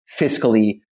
fiscally